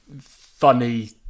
funny